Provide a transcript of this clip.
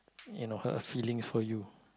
you know her feelings for you